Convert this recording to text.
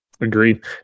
Agreed